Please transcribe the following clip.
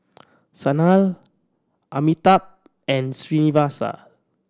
Sanal Amitabh and Srinivasa